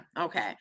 Okay